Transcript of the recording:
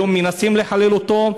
היום מנסים לחלל אותו.